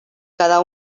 cada